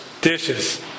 Dishes